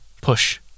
Push